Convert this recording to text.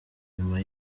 nyuma